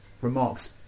remarks